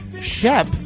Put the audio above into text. Shep